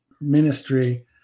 ministry